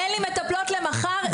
אין לי מטפלות למחר,